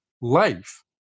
life